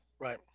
Right